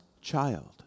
child